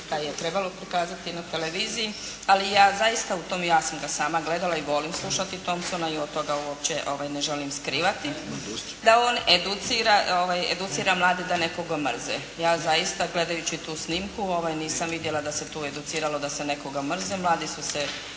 taj je trebalo prikazati na televiziji, ali ja zaista, ja sam ga sama gledala i volim slušati Thompsona i od toga uopće ne želim skrivati da on educira mlade da nekoga mrze. Ja zaista gledajući tu snimku nisam vidjela da se tu educiralo da se nekoga mrzi,